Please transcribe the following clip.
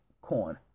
corn